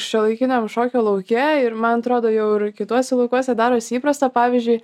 šiuolaikiniam šokio lauke ir man atrodo jau ir kituose laukuose darosi įprasta pavyzdžiui